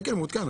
כן, מעודכן.